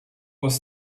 was